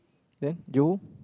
then johor